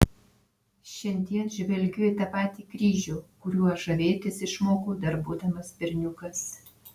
šiandien žvelgiu į tą patį kryžių kuriuo žavėtis išmokau dar būdamas berniukas